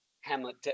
Hamlet